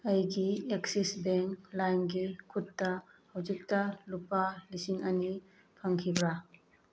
ꯑꯩꯒꯤ Axis bank ꯂꯥꯏꯝꯒꯤ ꯈꯨꯠꯇ ꯍꯧꯖꯤꯛꯇ ꯂꯨꯄꯥ ꯂꯤꯁꯤꯡ ꯑꯅꯤ ꯐꯪꯈꯤꯕ꯭ꯔꯥ